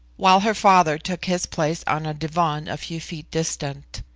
while her father took his place on a divan a few feet distant.